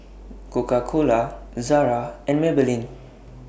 Coca Cola Zara and Maybelline